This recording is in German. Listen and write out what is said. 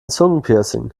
zungenpiercing